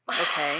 Okay